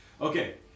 Okay